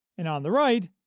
and on the right,